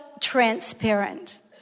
transparent